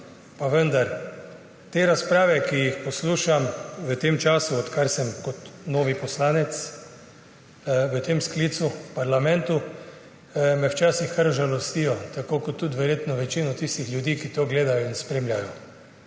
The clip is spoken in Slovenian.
pa vendar te razprave, ki jih poslušam v tem času, odkar sem kot novi poslanec v tem sklicu v parlamentu, me včasih kar žalostijo, tako kot tudi verjetno večino tistih ljudi, ki to gledajo in spremljajo.